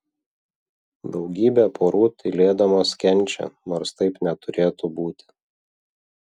daugybė porų tylėdamos kenčia nors taip neturėtų būti